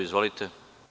Izvolite.